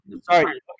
sorry